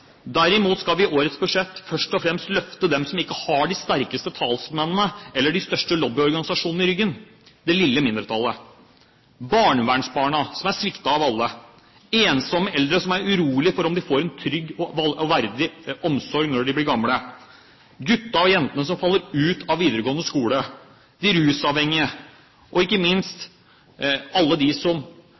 Derimot skal vi i årets budsjett først og fremst løfte dem som ikke har de sterkeste talsmennene eller de største lobbyorganisasjonene i ryggen – det lille mindretallet: barnevernsbarna som er sviktet av alle, ensomme eldre som er urolige for om de får en trygg og verdig omsorg når de blir gamle, guttene og jentene som faller ut av videregående skole, de rusavhengige og ikke minst alle de som